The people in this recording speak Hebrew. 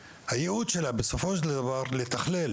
הייעוד של הוועדה בסופו של דבר הוא לתכלל